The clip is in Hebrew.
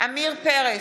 עמיר פרץ,